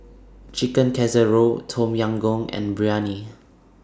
Chicken Casserole Tom Yam Goong and Biryani